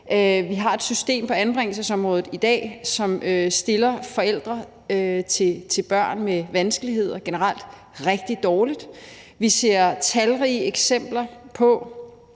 Vi har et system på anbringelsesområdet i dag, som stiller forældre til børn med vanskeligheder generelt rigtig dårligt, og vi har set talrige eksempler på,